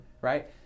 right